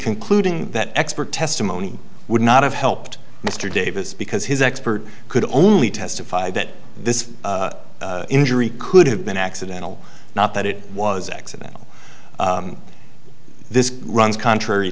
concluding that expert testimony would not have helped mr davis because his expert could only testify that this injury could have been accidental not that it was accidental this runs contrary